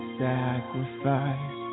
sacrifice